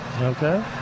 Okay